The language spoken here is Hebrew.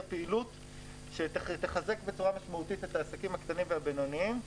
פעילות שתחזק בצורה משמעותית את העסקים הקטנים והבינוניים.